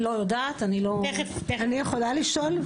אני יכולה לשאול?